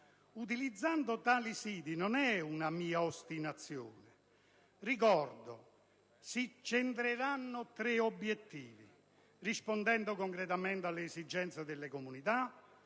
utilizzando tali siti, e non è una mia ostinazione, si centreranno tre obiettivi, rispondendo concretamente alle esigenze delle comunità,